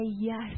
yes